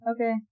Okay